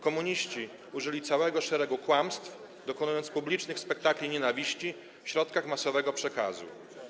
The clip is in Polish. Komuniści użyli całego szeregu kłamstw, dokonując publicznych spektakli nienawiści w środkach masowego przekazu.